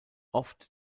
oft